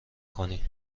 کنی